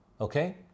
okay